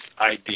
idea